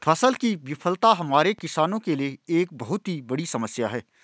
फसल की विफलता हमारे किसानों के लिए एक बहुत बड़ी समस्या है